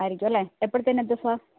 ആയിരിക്കും അല്ലേ എപ്പോഴത്തേനെത്തും സാര്